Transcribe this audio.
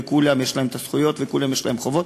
ולכולם יש את הזכויות ולכולם יש חובות,